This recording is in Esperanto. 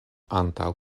antaŭ